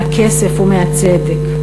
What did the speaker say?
מהכסף או מהצדק.